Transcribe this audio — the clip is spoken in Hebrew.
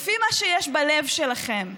לפי מה שיש בלב שלכם,